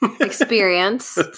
experience